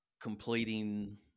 Completing